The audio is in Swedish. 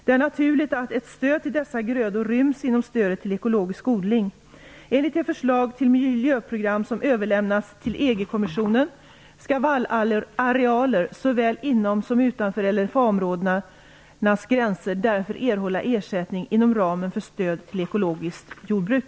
Det är naturligt att ett stöd till dessa grödor ryms inom stödet till ekologisk odling. Enligt det förslag till miljöprogram som överlämnats till EG-kommissionen skall vallarealer såväl inom som utanför LFA-områdenas gränser därför erhålla ersättning inom ramen för stöd till ekologiskt lantbruk.